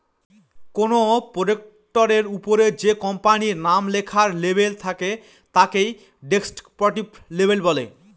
কোনো প্রোডাক্টের ওপরে যে কোম্পানির নাম লেখার লেবেল থাকে তাকে ডেস্ক্রিপটিভ লেবেল বলে